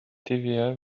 tva